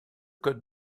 code